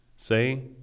say